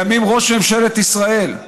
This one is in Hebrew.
לימים ראש ממשלת ישראל.